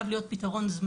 הוא חייב להיות פתרון זמני,